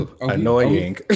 Annoying